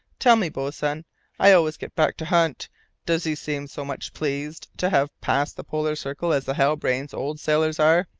tell me, boatswain i always get back to hunt does he seem so much pleased to have passed the polar circle as the halbrane's old sailors are?